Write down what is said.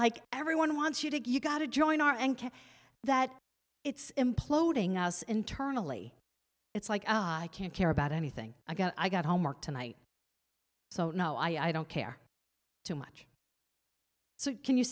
like everyone wants you to you gotta join our and that it's imploding us internally it's like i can't care about anything i got i got homework tonight so no i don't care too much so can you